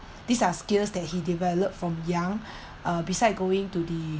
these are skills that he developed from young uh beside going to the